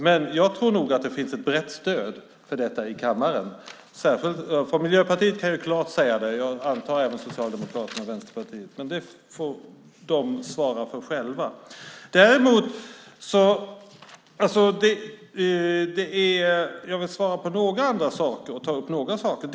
Men jag tror nog att det finns ett brett stöd för detta i kammaren. Från Miljöpartiet kan jag klart säga det, och jag antar att även Socialdemokraterna och Vänsterpartiet gör det, men det får de svara för själva. Jag vill svara på några andra saker och ta upp några saker.